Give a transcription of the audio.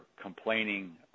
complaining